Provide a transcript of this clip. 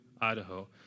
Idaho